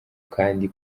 kandi